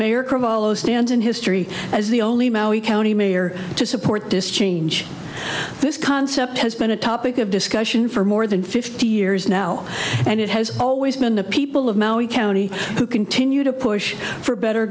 carollo stands in history as the only county mayor to support this change this concept has been a topic of discussion for more than fifty years now and it has always been the people of maui county who continue to push for better